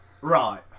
Right